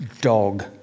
dog